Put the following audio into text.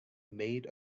made